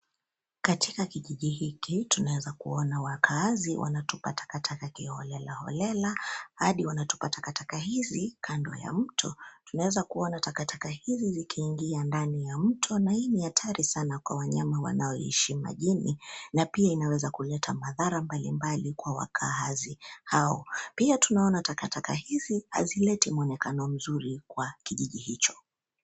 Katika kijiji hiki tunaweza kuona wakaazi wanatupa takataka kiholelaholela adi wanatupa takataka hizi kando ya mto. Tunaweza kuona takataka hizi zikiingia ndani ya mto na hii ni hatari sana kwa wanyama wanoishi majini na pia inaweza kuleta madhara mbalimbali kwa wakaazi, hao. Pia tunaona takataka hizi hazileti mwonekano mzuri kwa kijiji hicho.